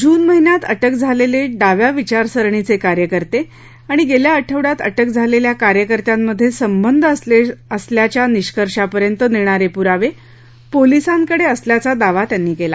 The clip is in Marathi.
जून महिन्यात अटक झालेले डाव्या विचारसरणीचे कार्यकर्ते आणि गेल्या आठवड्यात अटक झालेल्या कार्यकर्त्यांमधे संबंध असल्याच्या निष्कर्षापर्यंत नेणारे पुरावे पोलिसांकडे असल्याचा दावा त्यांनी केला